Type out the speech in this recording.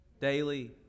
daily